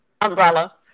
umbrella